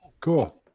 Cool